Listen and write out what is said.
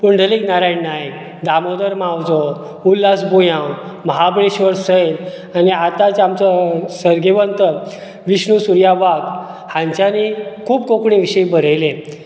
पुंडलीक नारायण नायक दामोदर मावजो उल्हास बुयाव महाबळेश्वर सैल आनी आतांच आमचो सर्गेवंत विष्णू सुर्या वाघ हांच्यानी खूब कोंकणी विशी बरयलें